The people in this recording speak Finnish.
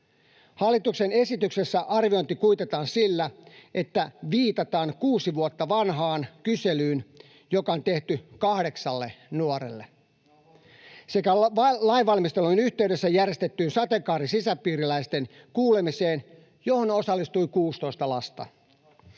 Hallituksen esityksessä arviointi kuitataan sillä, että viitataan kuusi vuotta vanhaan kyselyyn, joka on tehty kahdeksalle nuorelle, [Leena Meri: Oho!] sekä lainvalmistelun yhteydessä järjestettyyn sateenkaarisisäpiiriläisten kuulemiseen, johon osallistui 16 lasta.